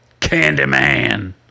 Candyman